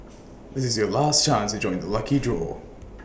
this is your last chance to join the lucky draw